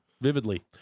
vividly